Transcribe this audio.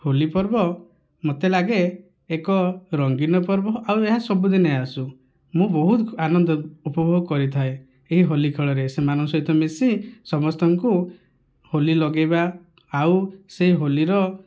ହୋଲି ପର୍ବ ମୋତେ ଲାଗେ ଏକ ରଙ୍ଗୀନ ପର୍ବ ଆଉ ଏହା ସବୁ ଦିନ ଆସୁ ମୁଁ ବହୁତ ଆନନ୍ଦ ଉପଭୋଗ କରିଥାଏ ଏହି ହୋଲି ଖେଳରେ ସେମାନଙ୍କ ସହିତ ମିଶି ସମସ୍ତଙ୍କୁ ହୋଲି ଲଗାଇବା ଆଉ ସେଇ ହୋଲିର